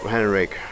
Henrik